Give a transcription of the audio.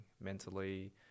mentally